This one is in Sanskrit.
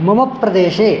मम प्रदेशे